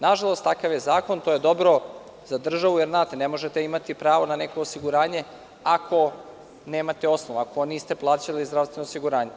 Nažalost, takav je zakon i to je dobro za državu jer, znate, ne možete imati pravo na neko osiguranje ako nemate osnov, ako niste plaćali zdravstveno osiguranje.